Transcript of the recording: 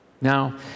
Now